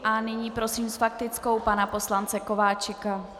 A nyní prosím s faktickou pana poslance Kováčika.